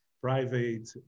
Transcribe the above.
private